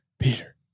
Peter